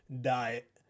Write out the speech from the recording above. diet